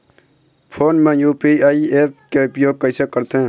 Phone मे UPI app के उपयोग कइसे करथे?